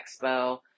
expo